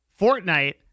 Fortnite